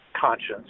conscience